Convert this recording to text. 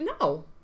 no